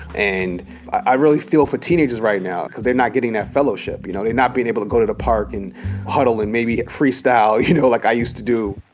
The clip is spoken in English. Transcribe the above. and i really feel for teenagers right now. cause they're not getting that fellowship. you know, they're not being able to go to the park and huddle and maybe free-style, you know, like i used to do.